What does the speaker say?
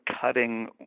cutting